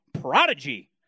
Prodigy